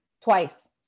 twice